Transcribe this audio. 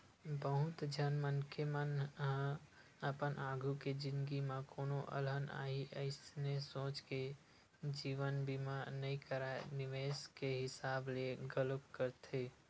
बहुत झन मनखे मन ह अपन आघु के जिनगी म कोनो अलहन आही अइसने सोच के जीवन बीमा नइ कारय निवेस के हिसाब ले घलोक करथे